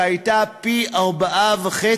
שהייתה בפי ארבעה-וחצי,